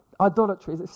idolatry